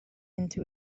into